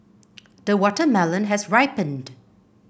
the watermelon has ripened